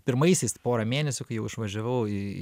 pirmaisiais porą mėnesių jau išvažiavau į